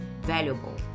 valuable